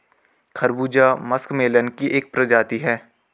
खरबूजा मस्कमेलन की एक प्रजाति है